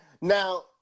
Now